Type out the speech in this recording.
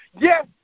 Yes